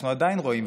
אנחנו עדיין רואים,